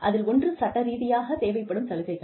அதில் ஒன்று சட்டரீதியாகத் தேவைப்படும் சலுகைகள்